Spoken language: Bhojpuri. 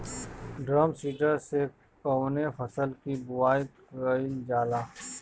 ड्रम सीडर से कवने फसल कि बुआई कयील जाला?